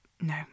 no